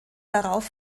darauf